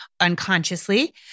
unconsciously